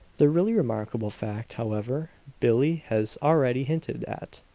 the really remarkable fact, however, billie has already hinted at.